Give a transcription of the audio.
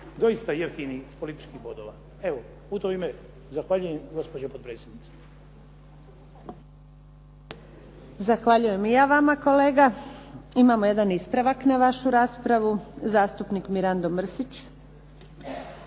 doista jeftinih političkih bodova. Evo u to ime zahvaljujem gospođo potpredsjednice. **Antunović, Željka (SDP)** Zahvaljujem i ja vama kolega. Imamo jedan ispravak na vašu raspravu. Zastupnik Mirando Mrsić.